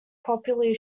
popularly